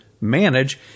manage